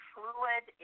Fluid